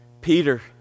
Peter